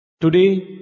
Today